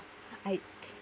I